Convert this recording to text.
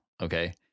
okay